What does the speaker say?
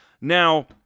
Now